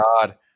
god